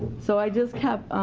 so i just have,